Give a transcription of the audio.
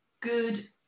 good